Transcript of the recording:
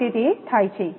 આ રીતે તે થાય છે